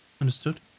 Understood